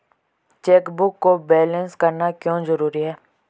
Chequebook को balance करना क्यों जरूरी है?